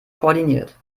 koordiniert